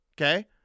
Okay